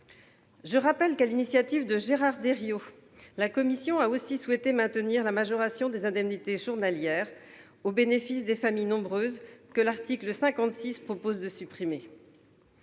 le rappelle, sur l'initiative de Gérard Dériot, la commission a aussi souhaité maintenir la majoration des indemnités journalières au bénéfice des familles nombreuses, qu'il est proposé de supprimer